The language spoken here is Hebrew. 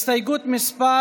הסתייגות מס'